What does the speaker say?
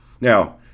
Now